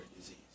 disease